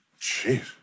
Jeez